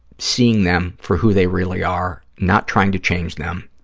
seeing them for who they really are, not trying to change them,